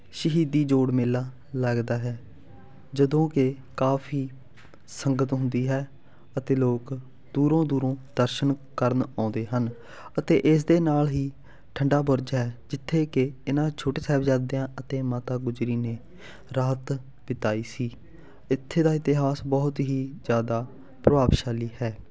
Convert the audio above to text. ਸ਼ਹੀਦੀ ਜੋੜ ਮੇਲਾ ਲੱਗਦਾ ਹੈ ਜਦੋਂ ਕਿ ਕਾਫੀ ਸੰਗਤ ਹੁੰਦੀ ਹੈ ਅਤੇ ਲੋਕ ਦੂਰੋਂ ਦੂਰੋਂ ਦਰਸ਼ਨ ਕਰਨ ਆਉਂਦੇ ਹਨ ਅਤੇ ਇਸ ਦੇ ਨਾਲ ਹੀ ਠੰਡਾ ਬੁਰਜ ਹੈ ਜਿੱਥੇ ਕਿ ਇਹਨਾਂ ਛੋਟੇ ਸਾਹਿਬਜ਼ਾਦਿਆਂ ਅਤੇ ਮਾਤਾ ਗੁਜਰੀ ਨੇ ਰਾਤ ਬਿਤਾਈ ਸੀ ਇੱਥੇ ਦਾ ਇਤਿਹਾਸ ਬਹੁਤ ਹੀ ਜ਼ਿਆਦਾ ਪ੍ਰਭਾਵਸ਼ਾਲੀ ਹੈ